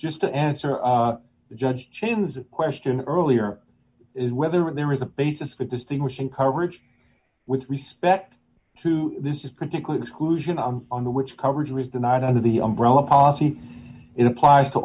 just to answer the judge chains that question earlier is whether there is a basis for distinguishing coverage with respect to this is critical exclusion on the which coverage was denied under the umbrella policy it applies to